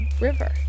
river